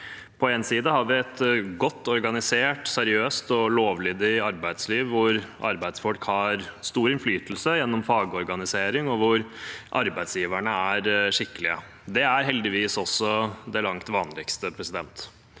den ene siden har vi et godt organisert, seriøst og lovlydig arbeidsliv, hvor arbeidsfolk har stor innflytelse gjennom fagorganisering, og hvor arbeidsgiverne er skikkelige. Det er heldigvis det langt vanligste, men